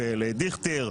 לדיכטר,